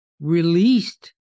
released